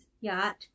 yacht